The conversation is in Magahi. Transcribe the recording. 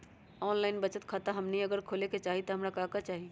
ऑनलाइन बचत खाता हमनी अगर खोले के चाहि त हमरा का का चाहि?